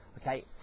okay